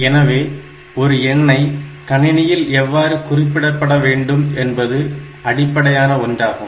எனவே ஒரு எண்ணை கணினியில் எவ்வாறு குறிப்பிடபட வேண்டும் என்பது அடிப்படையான ஒன்றாகும்